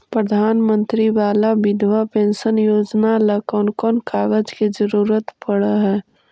प्रधानमंत्री बाला बिधवा पेंसन योजना ल कोन कोन कागज के जरुरत पड़ है?